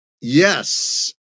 Yes